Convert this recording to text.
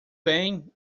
bem